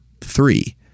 three